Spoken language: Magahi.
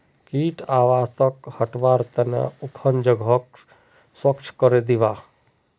कीट आवासक हटव्वार त न उखन जगहक स्वच्छ करे दीबा